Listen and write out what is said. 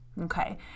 okay